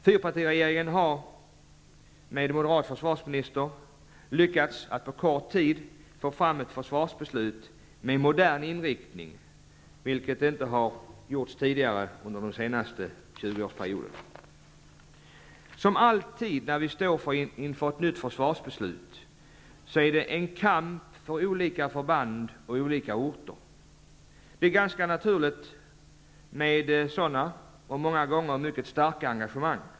Fyrpartiregeringen har med moderat försvarsminister lyckats att på kort tid få fram ett försvarsbeslut med modern inriktning, vilket inte tidigare har gjorts under den senaste tjugoårsperioden. Som alltid när vi står inför ett nytt försvarsbeslut är det en kamp för olika förband och olika orter. Det är ganska naturligt med sådana många gånger mycket starka engagemang.